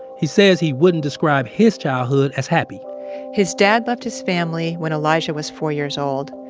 he says he wouldn't describe his childhood as happy his dad left his family when elijah was four years old,